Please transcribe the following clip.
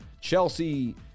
Chelsea